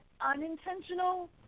unintentional